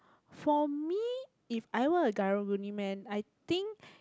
for me if I were a karang-guni man I think